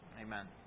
Amen